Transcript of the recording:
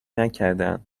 نکردم